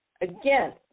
Again